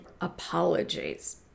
apologies